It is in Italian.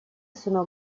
sono